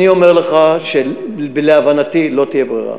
אני אומר לך שלהבנתי לא תהיה ברירה,